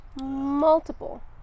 Multiple